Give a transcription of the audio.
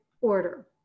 order